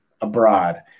abroad